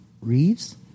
Reeves